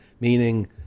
meaning